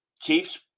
Chiefs